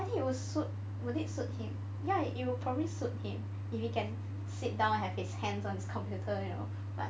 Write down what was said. I think it will suit will it suit him ya it'll probably suit him if he can sit down and have his hands on his computer you know but